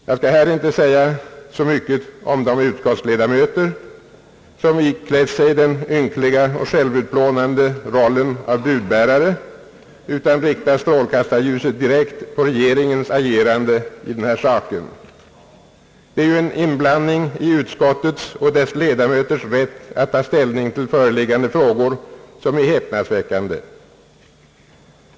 Jag skall inte här säga så mycket om de utskottsledamöter, som iklätt sig den ynkliga och självutplånande rollen av budbärare, utan riktar strålkastar ljuset direkt på regeringens agerande i denna sak. Det gäller ju här en inblandning i utskottets och dess ledamöters rätt att ta ställning i föreliggande frågor, som är häpnadsväckande.